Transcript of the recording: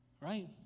right